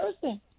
person